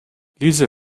лиза